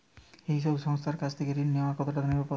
এই সব সংস্থার কাছ থেকে ঋণ নেওয়া কতটা নিরাপদ?